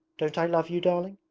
don't i love you, darling?